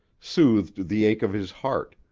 soothed the ache of his heart,